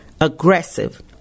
aggressive